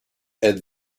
êtes